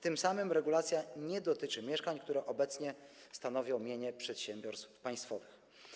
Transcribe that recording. Tym samym regulacja nie dotyczy mieszkań, które obecnie stanowią mienie przedsiębiorstw państwowych.